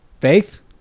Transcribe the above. Faith